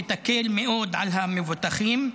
שתקל מאוד על המבוטחים,